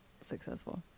successful